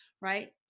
right